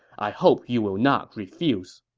i hope you will not refuse.